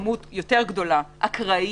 בזכות יותר גדולה, אקראיים,